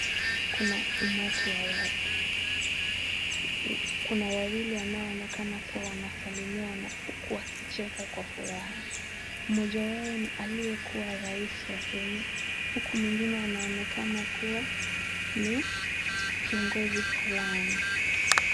Kuna umati wa watu kuna wawili wanaonekana wanasalimiana huku wakicheka kwa furaha. Mmoja wao ni aliye kuwa rais wa Kenya huku mwingine anaonekana kuwa ni kiongozi fulani.